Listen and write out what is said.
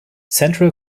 central